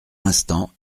instants